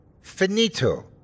finito